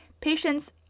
Patients